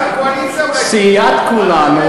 אתה נמצא בקואליציה.